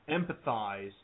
empathize